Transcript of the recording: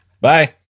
Bye